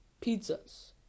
pizzas